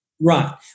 Right